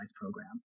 program